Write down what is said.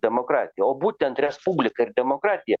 demokratija o būtent respublika ir demokratija